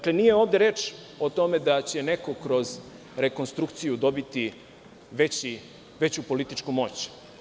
Ovde nije reč o tome da će neko kroz rekonstrukciju dobiti veću političku moć.